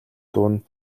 дуун